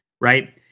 Right